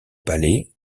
palais